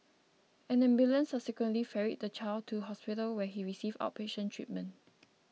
an ambulance subsequently ferried the child to hospital where he received outpatient treatment